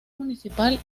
municipal